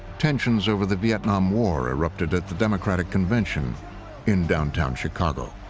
tensions over the vietnam war erupted at the democratic convention in downtown chicago.